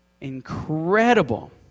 incredible